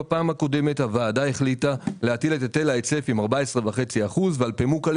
בפעם הקודמת הוועדה החליטה להטיל את היטל ההיצף עם 14.5% ועל פמוקלה